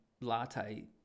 latte